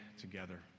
together